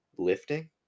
lifting